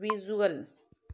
visual